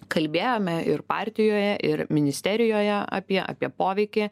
kalbėjome ir partijoje ir ministerijoje apie apie poveikį